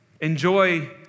enjoy